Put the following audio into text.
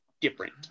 different